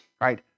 right